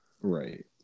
Right